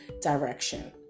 direction